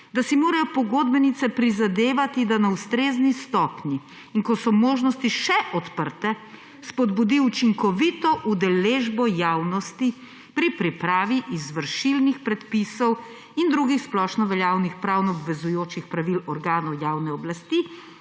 da si mora pogodbenica prizadevati, da na ustrezni stopnji in ko so možnosti še odprte, spodbudi učinkovito udeležbo javnosti pri pripravi izvršilnih predpisov in drugih splošno veljavnih pravno obvezujočih pravil organov javne oblasti,